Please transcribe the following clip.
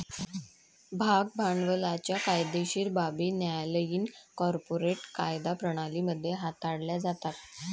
भाग भांडवलाच्या कायदेशीर बाबी न्यायालयीन कॉर्पोरेट कायदा प्रणाली मध्ये हाताळल्या जातात